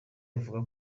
avuga